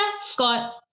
Scott